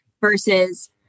versus